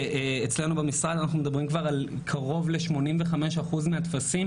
שאצלנו במשרד אנחנו מדברים כבר על קרוב ל-85 אחוז מהטפסים